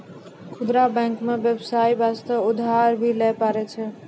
खुदरा बैंक मे बेबसाय बास्ते उधर भी लै पारै छै